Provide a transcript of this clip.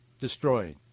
destroying